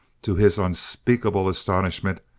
to his unspeakable astonishment,